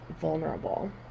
vulnerable